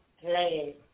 play